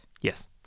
Yes